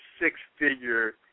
six-figure